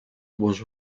was